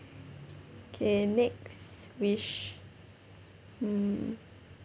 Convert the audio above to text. okay next wish hmm